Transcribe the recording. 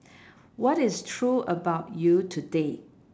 what is true about you today